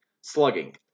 slugging